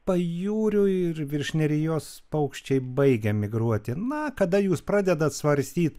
pajūriu ir virš nerijos paukščiai baigia migruoti na kada jūs pradedat svarstyti